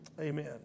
Amen